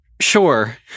Sure